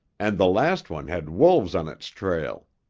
and the last one had wolves on its trail.